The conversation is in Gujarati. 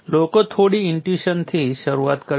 લોકો થોડી ઈન્ટ્યુઈશનથી શરૂઆત કરે છે